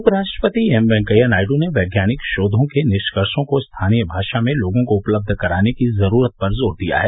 उपराष्ट्रपति एम वेंकैया नायडू ने वैज्ञानिक शोघों के निष्कर्षो को स्थानीय भाषा में लोगों को उपलब्ध कराने की जरूरत पर जोर दिया है